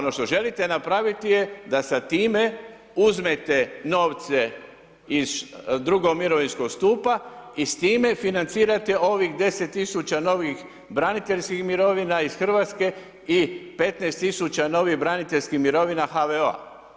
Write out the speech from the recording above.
A ono što želite napraviti je, da sa time uzmete novce iz drugog mirovinskog stupa i s time financirate onih 10000 novih braniteljskih mirovina iz Hrvatske i 15000 novih braniteljskih mirovina HVO-a.